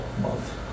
month